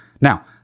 Now